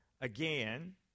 again